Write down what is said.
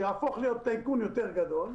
שיהפוך להיות טייקון יותר גדול,